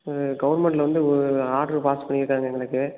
ம் கவெர்மெண்ட்டில் வந்து ஆர்ட்ரு பாஸ் பண்ணிவிட்டாங்க எங்களுக்கு